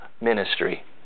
ministry